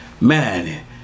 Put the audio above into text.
man